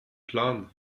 plan